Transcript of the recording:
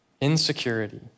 Insecurity